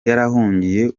yarahungiye